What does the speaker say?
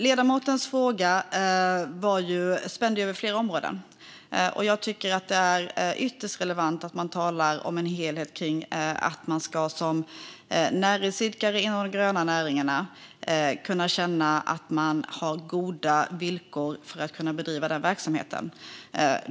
Ledamotens fråga spände över flera områden, och jag tycker att det är ytterst relevant att tala om en helhet när det gäller att man som näringsidkare inom de gröna näringarna ska kunna känna att man har goda villkor för att bedriva verksamheten.